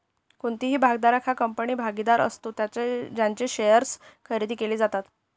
कोणताही भागधारक हा कंपनीचा भागीदार असतो ज्यांचे शेअर्स खरेदी केले जातात